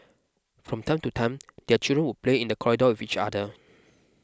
from time to time their children would play in the corridor with each other